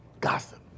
Gossip